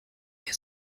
der